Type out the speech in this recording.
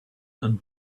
and